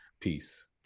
Peace